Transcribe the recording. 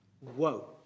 Whoa